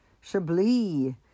Chablis